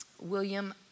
William